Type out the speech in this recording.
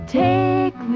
take